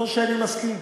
לא שאני מסכים,